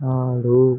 ఆడు